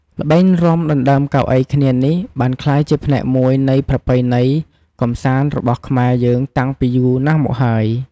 ល្បែងរាំដណ្តើមកៅអីគ្នានេះ បានក្លាយជាផ្នែកមួយនៃប្រពៃណីកម្សាន្តរបស់ខ្មែរយើងតាំងពីយូរណាស់មកហើយ។